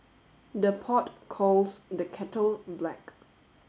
the pot calls the kettle black